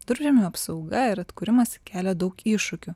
durpžemių apsauga ir atkūrimas kelia daug iššūkių